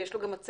יש לו גם מצגת.